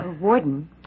Warden